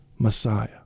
Messiah